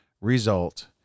result